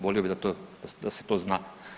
Volio bi da se to zna.